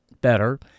better